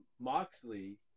Moxley